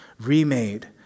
remade